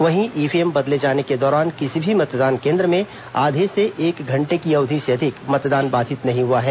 वहीं ईव्हीएम बदले जाने के दौरान किसी भी मतदान केंद्र में आधे से एक घंटे की अवधि से अधिक मतदान बाधित नहीं हुआ है